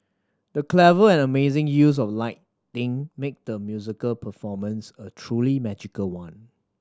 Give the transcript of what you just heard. the clever and amazing use of lighting made the musical performance a truly magical one